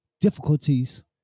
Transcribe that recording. difficulties